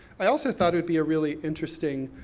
i also thought it'd be a really interesting